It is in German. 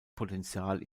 potential